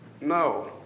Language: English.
No